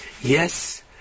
Yes